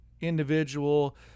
individual